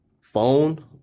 phone